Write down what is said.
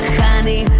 family